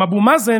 עם אבו מאזן,